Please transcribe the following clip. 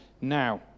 now